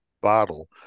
bottle